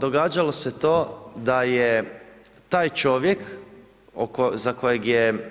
Događalo se to da je taj čovjek za kojeg je